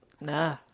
Nah